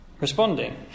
responding